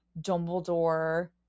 Dumbledore